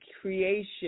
creation